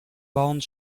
bandes